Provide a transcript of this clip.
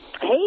Hey